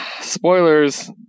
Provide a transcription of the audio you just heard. Spoilers